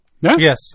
Yes